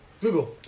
Google